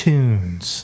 Tunes